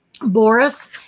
boris